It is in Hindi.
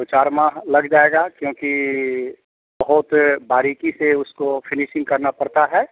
तो चार माह लग जाएगा क्योंकि बहुत बारीकी से उसको फिनिसिंग करना पड़ता है